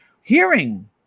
hearing